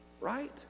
right